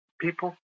people